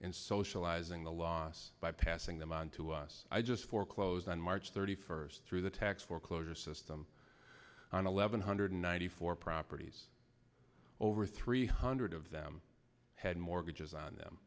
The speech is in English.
and socializing the loss by passing them on to us i just foreclosed on march thirty first through the tax foreclosure system on eleven hundred ninety four proper over three hundred of them had mortgages on them